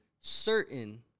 certain